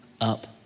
up